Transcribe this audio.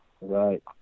Right